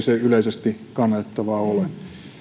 se yleisesti kannatettavaa ole